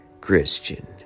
Christian